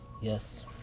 yes